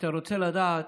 כשאתה רוצה לדעת